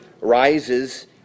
rises